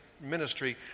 ministry